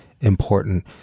important